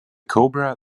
cobra